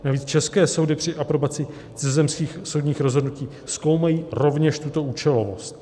Navíc české soudy při aprobaci cizozemských soudních rozhodnutí zkoumají rovněž tuto účelovost.